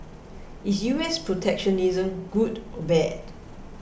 is U S protectionism good or bad